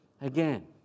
again